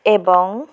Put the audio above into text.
ଏବଂ